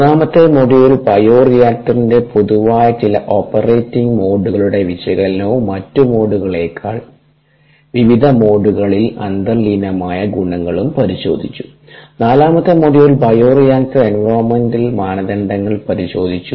മൂന്നാമത്തെ മൊഡ്യൂൾ ബയോ റിയാക്ടറിന്റെ പൊതുവായ ചില ഓപ്പറേറ്റിംഗ് മോഡുകളുടെ വിശകലനവും മറ്റ് മോഡുകളേക്കാൾ വിവിധ മോഡുകളിൽ അന്തർലീനമായ ഗുണങ്ങളും പരിശോധിച്ചു നാലാമത്തെ മൊഡ്യൂൾ ബയോറിയാക്ടർ എൻവയോൺമെന്റ് മാനദണ്ഡങ്ങൾ പരിശോധിച്ചു